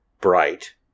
bright